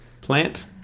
plant